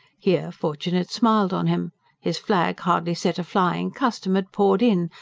here, fortune had smiled on him his flag hardly set a-flying custom had poured in,